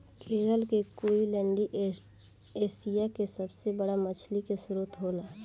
केरल के कोईलैण्डी एशिया के सबसे बड़ा मछली के स्त्रोत होला